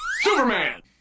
Superman